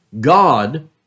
God